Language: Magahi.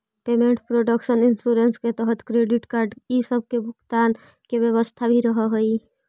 पेमेंट प्रोटक्शन इंश्योरेंस के तहत क्रेडिट कार्ड इ सब के भुगतान के व्यवस्था भी रहऽ हई